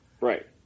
Right